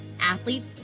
athletes